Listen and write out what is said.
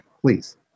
please